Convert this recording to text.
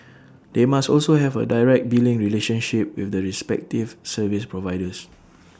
they must also have A direct billing relationship with the respective service providers